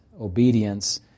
obedience